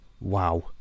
Wow